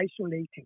isolating